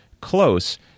close